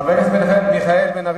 חבר הכנסת מיכאל בן-ארי,